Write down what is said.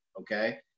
Okay